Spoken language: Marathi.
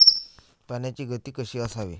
पाण्याची गती कशी असावी?